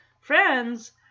friends